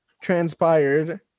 transpired